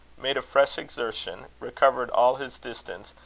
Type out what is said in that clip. made a fresh exertion, recovered all his distance,